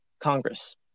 Congress